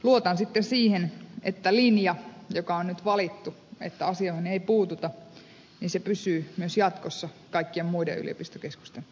luotan sitten siihen että linja joka on nyt valittu että asioihin ei puututa pysyy myös jatkossa kaikkien muiden yliopistokeskusten osalta